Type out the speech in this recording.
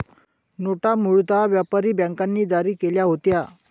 नोटा मूळतः व्यापारी बँकांनी जारी केल्या होत्या